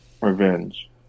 revenge